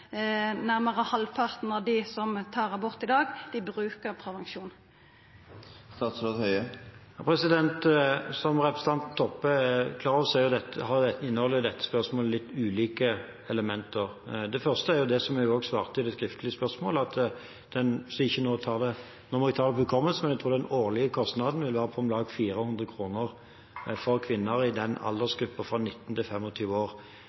nærmare halvparten av dei som tar abort i dag, brukar prevensjon? Som representanten Toppe er klar over, inneholder dette spørsmålet litt ulike elementer. Det første er det jeg også sa i svaret på det skriftlige spørsmålet, og som jeg nå må ta etter hukommelsen, nemlig at den årlige kostnaden vil være på om lag 400 kr for kvinner i den aldersgruppen, 19–25 år.